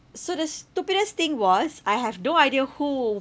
so the stupidest thing was I have no idea who